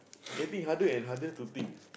getting harder and harder to think